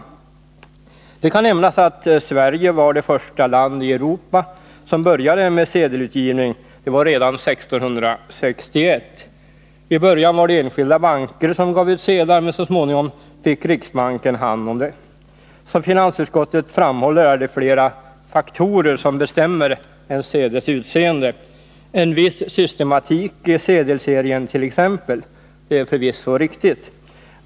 Det kan nämnas att Sverige var det första land i Europa som började med sedelutgivning— och det var redan 1661. I början var det enskilda banker som gav ut sedlar, men så småningom fick riksbanken hand om det. Som finansutskottet framhåller är det flera faktorer som bestämmer en sedels utseende, t.ex. en viss systematik i sedelserien. Det är förvisso riktigt.